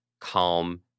calm